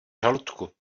žaludku